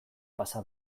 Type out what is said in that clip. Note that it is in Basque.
pasa